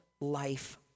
life